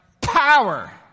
power